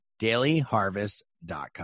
Dailyharvest.com